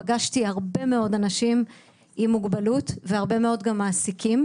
פגשתי הרבה מאוד אנשים עם מוגבלות וגם הרבה מעסיקים.